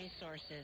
resources